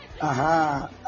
Aha